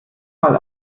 mal